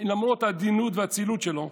למרות העדינות והאצילות שלו,